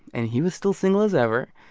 and he was still single as ever.